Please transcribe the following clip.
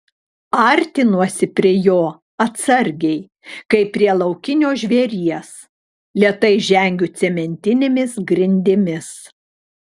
artinuosi prie jo atsargiai kaip prie laukinio žvėries lėtai žengiu cementinėmis grindimis